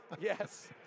yes